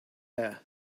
air